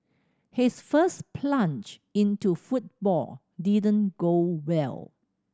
his first plunge into football didn't go well